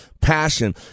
passion